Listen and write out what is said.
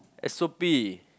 S_O_P